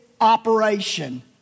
operation